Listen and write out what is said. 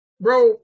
bro